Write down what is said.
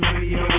Radio